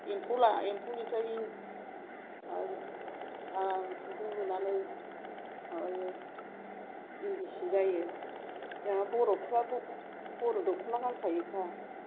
एम्फौला एम्फौनिफ्राय माबा ओ खुन्दुं लुनानै माबायो इन्दि सि जायो जोंहा बर'फ्रा बर' दखना गानखायोखा